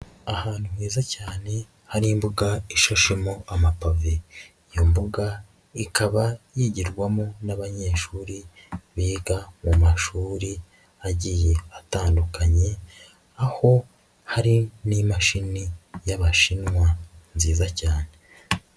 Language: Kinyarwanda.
Ahantu heza cyane hari imbuga ishashemo amapave. Iyo mbuga ikaba yigirwamo n'abanyeshuri biga mu mashuri agiye atandukanye, aho hari n'imashini y'abashinwa nziza cyane.